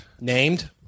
named